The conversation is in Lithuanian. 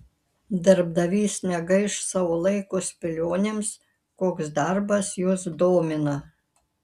darbdavys negaiš savo laiko spėlionėms koks darbas jus domina